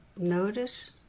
Notice